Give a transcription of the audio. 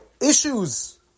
Issues